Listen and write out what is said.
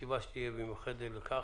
לישיבה מיוחדת לכך,